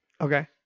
Okay